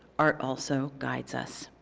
art also guides us.